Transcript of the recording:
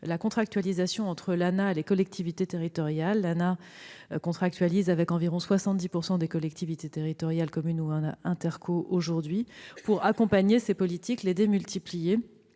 la contractualisation entre l'ANAH et les collectivités territoriales. L'Agence contractualise aujourd'hui avec environ 70 % des collectivités territoriales- communes ou intercommunalités -pour accompagner ces politiques, les démultiplier